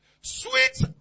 Sweet